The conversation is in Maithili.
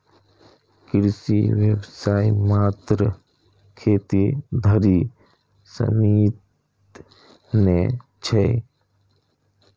कृषि व्यवसाय मात्र खेती धरि सीमित नै छै